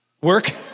Work